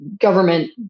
government